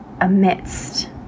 amidst